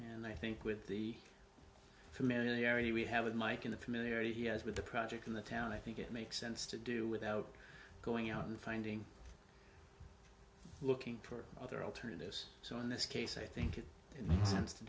and i think with the familiarity we have with mike in the familiarity he has with the project in the town i think it makes sense to do without going out and finding looking for other alternatives so in this case i think it sense to